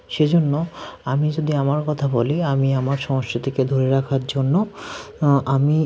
সেই জন্য আমি যদি আমার কথা বলি আমি আমার সংস্কৃতিকে ধরে রাখার জন্য আমি